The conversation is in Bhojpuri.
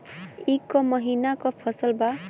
ई क महिना क फसल बा?